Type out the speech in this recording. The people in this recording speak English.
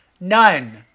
None